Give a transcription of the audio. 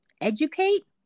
educate